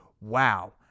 wow